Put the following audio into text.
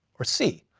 or see.